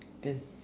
can